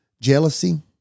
jealousy